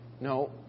No